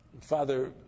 Father